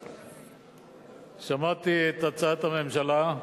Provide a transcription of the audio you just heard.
שמעתי את הצעת הממשלה,